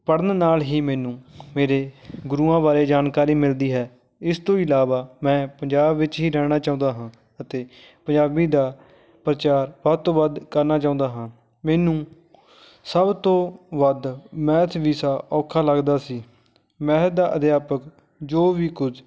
ਪੜ੍ਹਨ ਨਾਲ ਹੀ ਮੈਨੂੰ ਮੇਰੇ ਗੁਰੂਆਂ ਬਾਰੇ ਜਾਣਕਾਰੀ ਮਿਲਦੀ ਹੈ ਇਸ ਤੋਂ ਇਲਾਵਾ ਮੈਂ ਪੰਜਾਬ ਵਿੱਚ ਹੀ ਰਹਿਣਾ ਚਾਹੁੰਦਾ ਹਾਂ ਅਤੇ ਪੰਜਾਬੀ ਦਾ ਪ੍ਰਚਾਰ ਵੱਧ ਤੋਂ ਵੱਧ ਕਰਨਾ ਚਾਹੁੰਦਾ ਹਾਂ ਮੈਨੂੰ ਸਭ ਤੋਂ ਵੱਧ ਮੈਥ ਵਿਸ਼ਾ ਔਖਾ ਲੱਗਦਾ ਸੀ ਮੈਥ ਦਾ ਅਧਿਆਪਕ ਜੋ ਵੀ ਕੁਝ